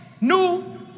new